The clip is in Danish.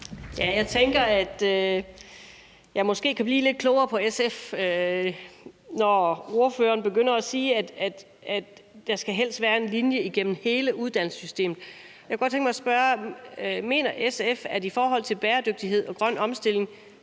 Jeg tænker, at jeg måske kan blive lidt klogere på SF. Når ordføreren begynder at sige, at der helst skal være en linje igennem hele uddannelsessystemet, kunne jeg godt tænke mig at spørge: Mener SF, at bæredygtighed og grøn omstilling